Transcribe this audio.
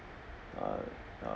uh uh